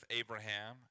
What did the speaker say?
abraham